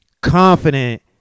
confident